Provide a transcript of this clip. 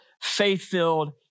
faith-filled